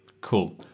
Cool